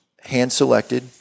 hand-selected